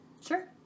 Sure